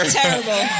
terrible